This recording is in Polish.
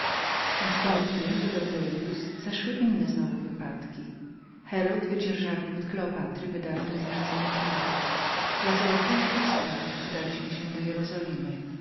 następnie dodał dellius zaszły inne znowu wypadki herod wydzierżawił od kleopatry wydarte mu przez nią kraje dla załatwienia tych spraw udaliśmy się do jerozolimy